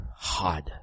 Hard